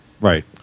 Right